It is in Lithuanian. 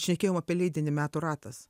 šnekėjom apie leidinį metų ratas